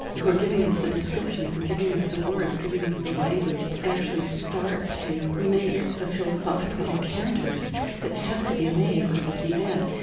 who were giving us the descriptions and giving us the words, giving us the language to actually start to make the philosophical encounters that have to be made with this event,